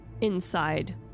inside